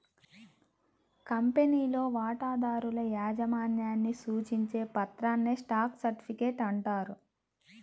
కంపెనీలో వాటాదారుల యాజమాన్యాన్ని సూచించే పత్రాన్నే స్టాక్ సర్టిఫికేట్ అంటారు